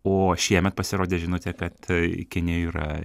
o šiemet pasirodė žinote kad kinijoj yra